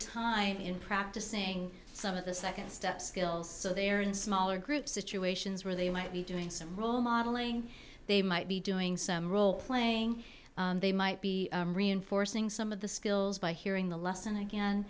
time in practicing some of the second step skills so they're in smaller groups situations where they might be doing some role modeling they might be doing some role playing they might be reinforcing some of the skills by hearing the lesson again